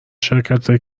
شرکتهایی